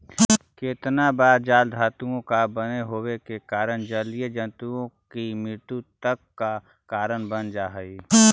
केतना बार जाल धातुओं का बने होवे के कारण जलीय जन्तुओं की मृत्यु तक का कारण बन जा हई